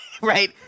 Right